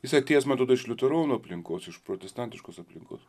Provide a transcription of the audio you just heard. jis atėjęs man atrodo iš liuteronų aplinkos iš protestantiškos aplinkos